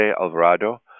Alvarado